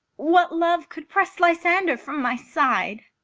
what love could press lysander from my side?